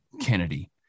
Kennedy